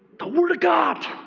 the word of god,